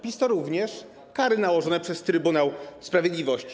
PiS to również kary nałożone przez Trybunał Sprawiedliwości.